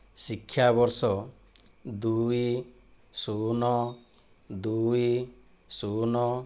ଶିକ୍ଷାବର୍ଷ ଦୁଇ ଶୂନ ଦୁଇ ଶୂନ